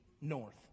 North